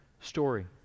story